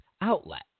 outlet